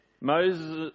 Moses